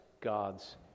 God's